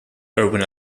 erwin